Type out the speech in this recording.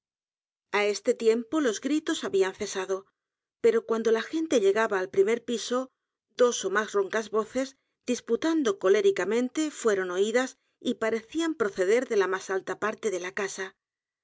á este tiempo los gritos habían cesado pero cuando la gente llegaba al primer piso dos ó más roncas voces disputando coléricamente fueron oídas y parecían proceder de la más alta parte de la casa